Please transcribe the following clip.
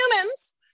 humans